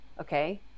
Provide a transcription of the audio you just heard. okay